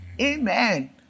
Amen